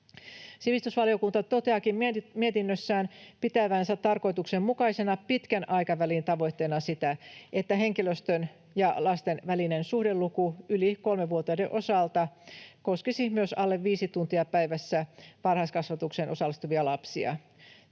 Sivistysvaliokunta toteaakin mietinnössään pitävänsä tarkoituksenmukaisena pitkän aikavälin tavoitteena sitä, että henkilöstön ja lasten välinen suhdeluku yli kolmevuotiaiden osalta koskisi myös alle viisi tuntia päivässä varhaiskasvatukseen osallistuvia lapsia.